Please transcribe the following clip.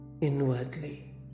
inwardly